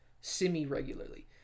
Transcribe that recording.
semi-regularly